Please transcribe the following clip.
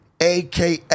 aka